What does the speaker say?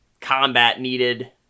combat-needed